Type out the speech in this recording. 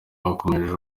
bakomeje